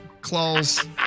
claws